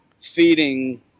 feeding